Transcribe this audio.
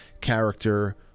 character